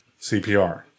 CPR